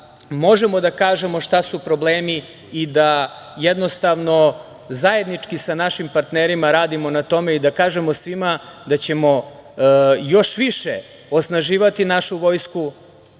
možemo da kažemo šta su problemi i da jednostavno zajednički sa našim partnerima radimo na tome, i da kažemo svima da ćemo još više osnaživati našu vojsku,